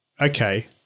Okay